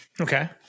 Okay